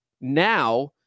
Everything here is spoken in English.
now